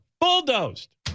bulldozed